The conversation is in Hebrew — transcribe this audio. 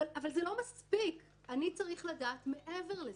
אבל זה לא מספיק, אני צריך לדעת מעבר לזה,